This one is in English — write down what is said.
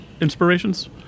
inspirations